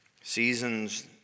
Seasons